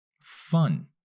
fun